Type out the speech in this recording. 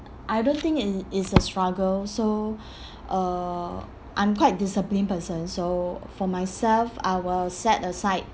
I don't think it is a struggle so uh I'm quite disciplined person so for myself I will set aside